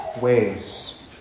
ways